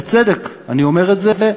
בצדק אני אומר את זה,